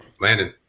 Landon